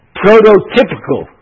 prototypical